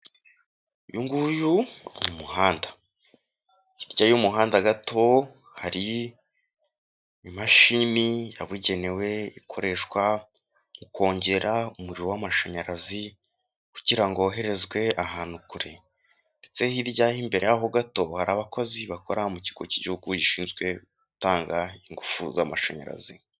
Uyu nguyu ni umuhanda, hirya y'umuhanda gato, hari imashini yabugenewe ikoreshwa mu kongera umuriro w'amashanyarazi, kugira ngo woherezwe ahantu kure, ndetse hirya imbere y'aho gato, hari abakozi bakora mu kigo cy'igihugu gishinzwe gutanga ingufu z'amashanyarazi.